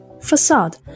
facade